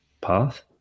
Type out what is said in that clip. path